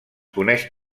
coneix